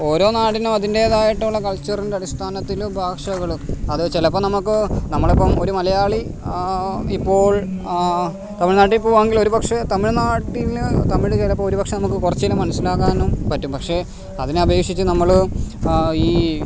ഓരോ നാടിനും അതിൻ്റേതായിട്ടുള്ള കൾച്ചറിൻ്റെ അടിസ്ഥാനത്തിൽ ഭാഷകളും അതു ചിലപ്പം നമുക്ക് നമ്മളിപ്പം ഒരു മലയാളി ഇപ്പോൾ തമിഴ്നാട്ടിൽ പോവുകയാണെങ്കിൽ ഒരുപക്ഷെ തമിഴ്നാട്ടിൽ തമിഴ് ചിലപ്പോൾ ഒരുപക്ഷേ നമുക്ക് കുറച്ചെല്ലാം മനസ്സിലാക്കാനും പറ്റും പക്ഷേ അതിനെ അപേക്ഷിച്ച് നമ്മൾ ഈ